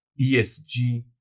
ESG